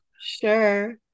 Sure